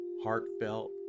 heartfelt